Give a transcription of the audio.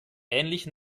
ähnlich